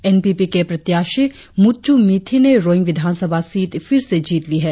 N P P के प्रत्याशी मुत्वू मिथी ने रोईंग विधानसभा सीट फिर से जीत ली है